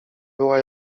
była